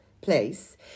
place